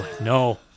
no